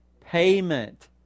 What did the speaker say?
Payment